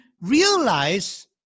realize